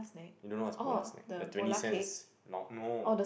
you don't know what is Polar snack the twenty cents long no